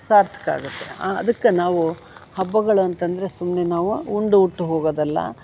ಸಾರ್ಥಕವಾಗುತ್ತೆ ಅದಕ್ಕೆ ನಾವು ಹಬ್ಬಗಳು ಅಂತಂದರೆ ಸುಮ್ಮನೆ ನಾವು ಉಂಡು ಉಟ್ಟು ಹೋಗೋದಲ್ಲ